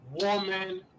woman